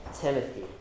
Timothy